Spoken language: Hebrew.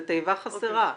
זה תיבה חסרה.